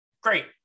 Great